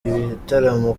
ibitaramo